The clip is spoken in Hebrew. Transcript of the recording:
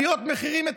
עליות מחירים.